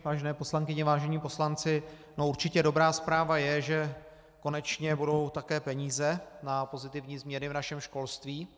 Vážené poslankyně, vážení poslanci, určitě dobrá zpráva je, že konečně budou také peníze na pozitivní změny v našem školství.